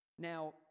Now